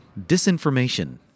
disinformation